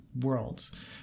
worlds